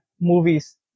movies